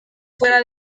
fuera